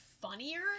funnier